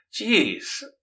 Jeez